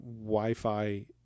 Wi-Fi